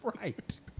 Right